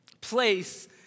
place